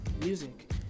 music